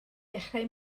dechrau